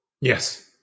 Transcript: Yes